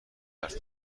حرف